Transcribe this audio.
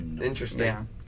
Interesting